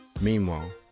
Meanwhile